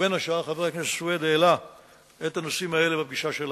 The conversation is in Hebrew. ובין השאר חבר הכנסת סוייד העלה את הנושאים האלה בפגישה שלנו.